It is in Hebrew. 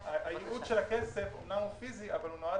הייעוד של הכסף אמנם הוא פיזי אבל הוא נועד